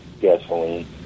gasoline